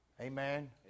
Amen